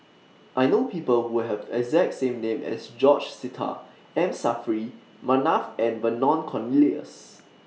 I know People Who Have The exact name as George Sita M Saffri Manaf and Vernon Cornelius